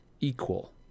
equal